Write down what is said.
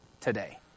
today